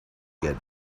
get